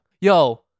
Yo